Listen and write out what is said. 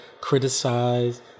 criticize